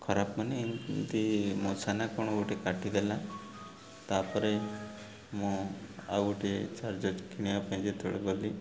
ଖରାପ ମାନେ ଏମିତି ମୂଷା ନା କ'ଣ ଗୋଟେ କାଟିଦେଲା ତାପରେ ମୁଁ ଆଉ ଗୋଟେ ଚାର୍ଜର କିଣିବା ପାଇଁ ଯେତେବେଳେ ଗଲି